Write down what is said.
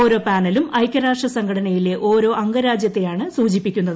ഓരോ പാനലും ഐക്യരാഷ്ട്ര സംഘടനയിലെ ഓരോ അംഗരാജ്യത്തെയാണ് സൂചിപ്പിക്കുന്നത്